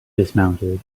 dismounted